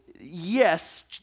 yes